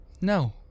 No